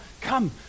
come